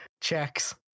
checks